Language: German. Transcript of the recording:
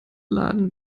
laden